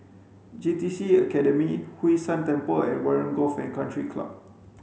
J T C Academy Hwee San Temple and Warren Golf and Country Club